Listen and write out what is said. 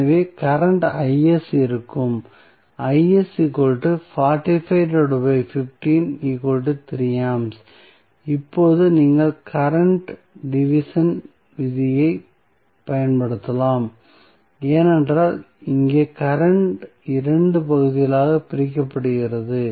எனவே கரண்ட் இருக்கும் இப்போது நீங்கள் கரண்ட் டிவிசன் விதியைப் பயன்படுத்தலாம் ஏனென்றால் இங்கே கரண்ட் 2 பகுதிகளாகப் பிரிக்கப்படுகிறது